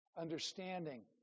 understanding